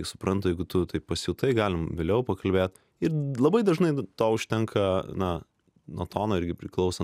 suprantu jeigu tu taip pasijutai galime vėliau pakalbėt ir labai dažnai to užtenka na nuo tono irgi priklauso